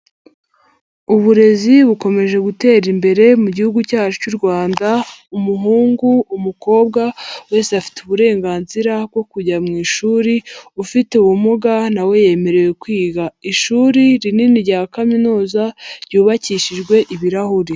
Uburezi bukomeje gutera imbere mu gihugu cyacu cy'u Rwanda, umuhungu, umukobwa wese afite uburenganzira bwo kujya mu ishuri, ufite ubumuga nawe yemerewe kwiga, ishuri rinini rya kaminuza ryubakishijwe ibirahuri.